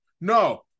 No